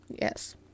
Yes